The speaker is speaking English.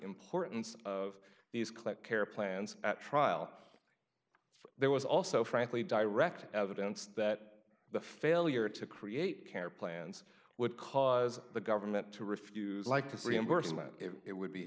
importance of these click care plans at trial there was also frankly direct evidence that the failure to create care plans would cause the government to refuse like to see embarrassment it would be